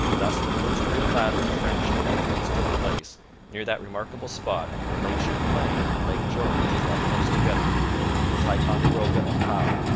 thus the first real battle of french and indians took place near that remarkable spot where lake champlain and lake george draw close together the ticonderoga of howe,